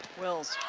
wills,